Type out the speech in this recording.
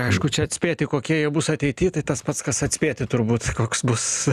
aišku čia atspėti kokie jie bus ateity tai tas pats kas atspėti turbūt koks bus